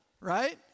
right